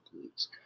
please